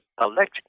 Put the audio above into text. electric